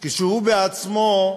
כשהוא בעצמו,